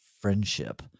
friendship